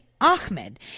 Ahmed